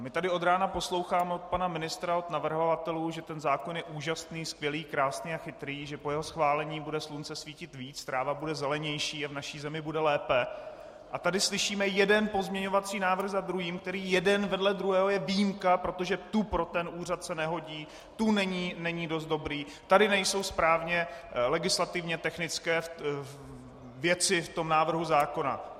My tady od rána posloucháme od pana ministra, od navrhovatelů, že ten zákon je úžasný, skvělý, krásný a chytrý, že po jeho schválení bude slunce svítit víc, tráva bude zelenější a v naší zemi bude lépe, a tady slyšíme jeden pozměňovací návrh za druhým, který jeden vedle druhého je výjimka, protože tu se pro ten úřad nehodí, tu není dost dobrý, tady nejsou správně legislativně technické věci v tom návrhu zákona.